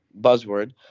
buzzword